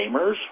gamers